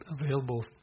available